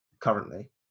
currently